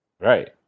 Right